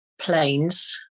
planes